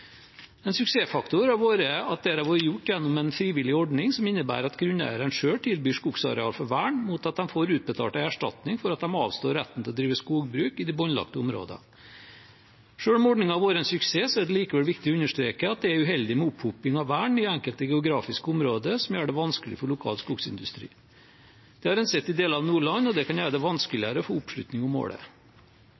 En suksessfaktor har vært at dette har vært gjort gjennom en frivillig ordning som innebærer at grunneierne selv tilbyr skogsareal for vern mot at de får utbetalt en erstatning for at de avstår retten til å drive skogbruk i de båndlagte områdene. Selv om ordningen har vært en suksess, er det likevel viktig å understreke at det er uheldig med opphoping av vern i enkelte geografiske områder som gjør det vanskelig for lokal skogsindustri. Det har en sett i deler av Nordland, og det kan gjøre det